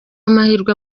amahirwe